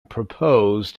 proposed